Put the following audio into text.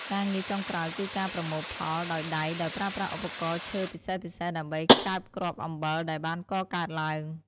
ការងារចុងក្រោយគឺការប្រមូលផលដោយដៃដោយប្រើប្រាស់ឧបករណ៍ឈើពិសេសៗដើម្បីកើបគ្រាប់អំបិលដែលបានកកើតឡើង។